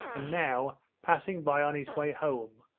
and now, passing by on his way home,